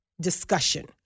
discussion